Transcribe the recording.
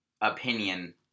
opinion